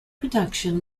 production